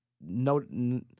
no